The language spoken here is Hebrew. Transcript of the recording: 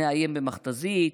נאיים במכת"זית,